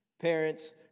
Parents